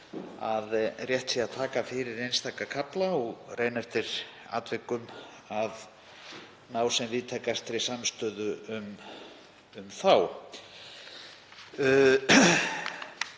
að rétt sé að taka fyrir einstaka kafla og reyna eftir atvikum að ná sem víðtækastri samstöðu um þá.